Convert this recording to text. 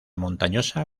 montañosa